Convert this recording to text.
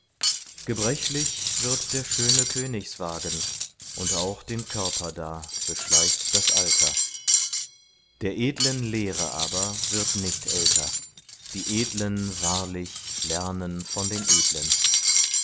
gebrechlich wird der schöne königswagen und auch den körper da beschleicht das alter der edlen lehre aber wird nicht älter die edlen wahrlich lernen von den edlen